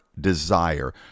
desire